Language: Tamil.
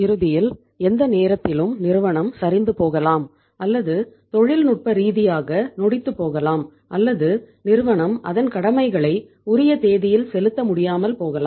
இறுதியில் எந்த நேரத்திலும் நிறுவனம் சரிந்து போகலாம் அல்லது தொழில்நுட்ப ரீதியாக நொடித்துபோகலாம் அல்லது நிறுவனம் அதன் கடமைகளை உரிய தேதியில் செலுத்த முடியாமல் போகலாம்